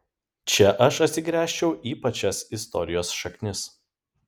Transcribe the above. čia aš atsigręžčiau į pačias istorijos šaknis